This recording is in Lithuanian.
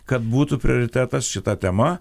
kad būtų prioritetas šita tema